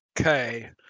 Okay